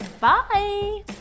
Bye